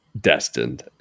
destined